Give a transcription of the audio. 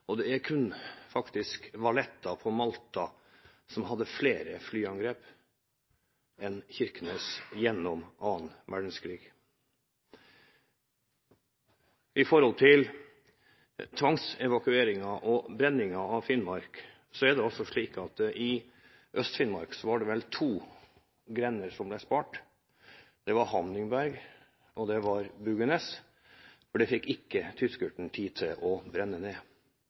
Det er faktisk kun Valletta på Malta som hadde flere flyangrep mot seg enn Kirkenes gjennom annen verdenskrig. Når det gjelder tvangsevakueringen og brenningen av Finnmark, var det i Øst-Finnmark to grender som ble spart. Det var Hamningberg og Bugøynes, for dem fikk ikke tyskerne tid til å brenne ned.